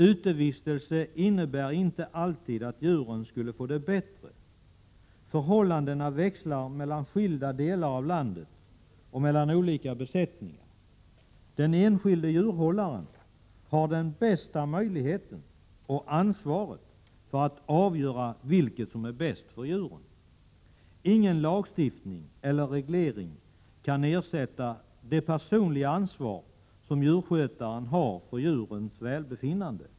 Utevistelse innebär inte alltid att djuren skulle få det bättre. Förhållandena växlar mellan skilda delar av landet och mellan olika besättningar. Den enskilde djurhållaren har den bästa möjligheten och ansvaret för att avgöra vilket som är bäst för djuren. Ingen lagstiftning eller reglering kan ersätta det personliga ansvar som djurskötaren har för djurens välbefinnande.